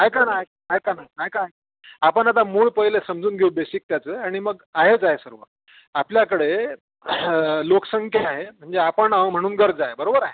ऐका ना ऐ ऐका ना ऐका आपण आता मूळ पहिले समजून घेऊ बेसिक त्याचं आणि मग आहेच आहे सर्व आपल्याकडे लोकसंख्या आहे म्हणजे आपण म्हणून गरज आहे बरोबर आहे